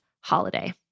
holiday